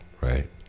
right